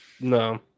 No